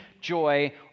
joy